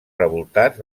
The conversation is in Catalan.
revoltats